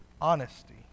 honesty